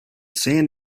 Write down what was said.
sand